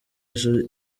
ejo